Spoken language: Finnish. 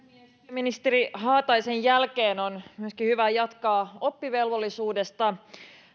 ministeri haataisen jälkeen on hyvä jatkaa oppivelvollisuudesta